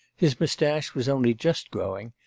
his moustache was only just growing,